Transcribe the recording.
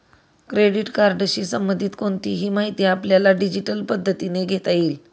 credit कार्डशी संबंधित कोणतीही माहिती आपल्याला डिजिटल पद्धतीने घेता येईल